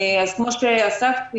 כמו שציין אסף,